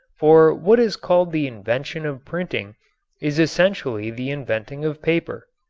for what is called the invention of printing is essentially the inventing of paper.